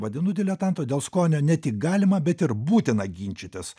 vadinu diletantu dėl skonio ne tik galima bet ir būtina ginčytis